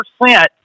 percent